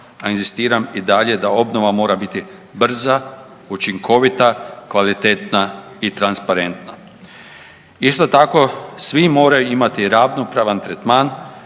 a inzistiram i dalje da obnova mora biti brza, učinkovita, kvalitetna i transparentna. Isto tako svi moraju imati ravnopravan tretman